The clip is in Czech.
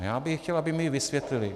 Já bych chtěl, aby mi ji vysvětlily.